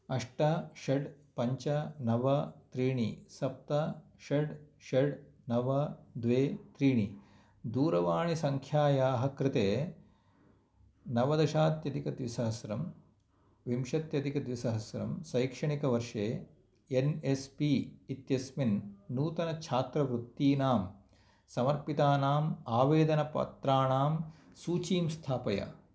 अष्ट षड् पञ्च नव त्रीणि सप्त षड् षड् नव द्वे त्रीणि दूरवाणिसङ्ख्यायाः कृते नवदशाद्यदिकद्विसहस्रं विंशत्यदिकद्विसहस्रं शैक्षणिकवर्षे एन् एस् पी इत्यस्मिन् नूतनछात्रवृत्तीनां समर्पितानाम् आवेदनपत्राणां सूचीं स्थापय